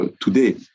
today